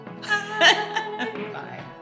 bye